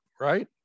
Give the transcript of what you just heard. right